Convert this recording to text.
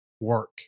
work